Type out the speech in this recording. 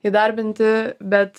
įdarbinti bet